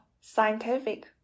scientific